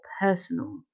personal